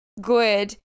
good